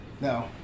No